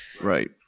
Right